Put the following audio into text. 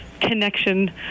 connection